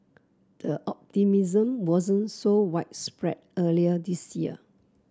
the optimism wasn't so widespread earlier this year